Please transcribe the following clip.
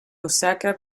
osaka